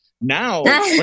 Now